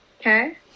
okay